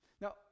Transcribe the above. Now